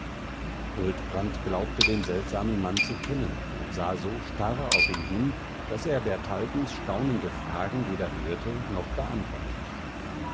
huldbrand glaubte den seltsamen mann zu kennen und sah so starr auf ihn hin daß er bertaldens staunende fragen weder hörte noch beantwortete